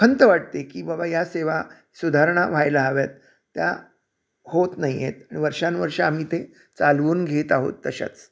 खंत वाटते की बाबा ह्या सेवा सुधारणा व्हायला हव्या आहेत त्या होत नाही आहेत वर्षानुवर्षं आम्ही ते चालवून घेत आहोत तशाच